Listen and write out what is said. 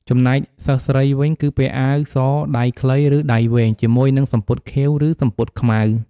ចំណែកសិស្សស្រីវិញ គឺពាក់អាវសដៃខ្លី ឬដៃវែងជាមួយនឹងសំពត់ខៀវ ឬសំពត់ខ្មៅ។